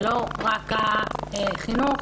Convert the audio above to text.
זה לא רק החינוך,